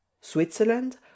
Switzerland